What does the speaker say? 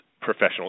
professional